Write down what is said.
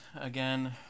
again